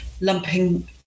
lumping